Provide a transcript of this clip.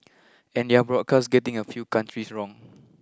and their broadcast getting a few countries wrong